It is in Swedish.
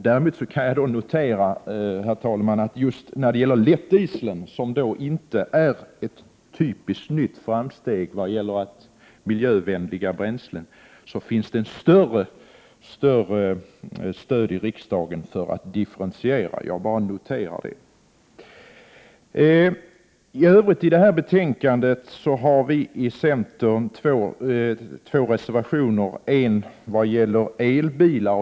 Däremot noterar jag, herr talman, att det när det gäller lättdiesel — som inte är ett typiskt nytt framsteg vad gäller miljövänliga bränslen — finns ett större stöd i riksdagen för differentiering. Centern har två reservationer fogade till detta betänkande. En reservation gäller elbilar.